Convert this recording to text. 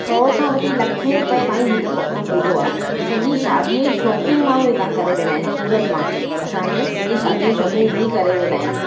सौ खां वठी लखे रुपए ताईं हिते कपिड़ो मिलंदो आहे सॼी शादीअ जी शॉपिंग माण्हू हितां करे वेंदा आहिनि सूरत मां असांजे सॼी शादीअ जी शॉपिंग बि करे वेंदा आहिनि